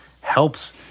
helps